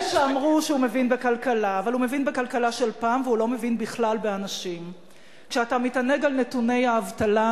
תמו כל קריאות הביניים מצדכם, תודה.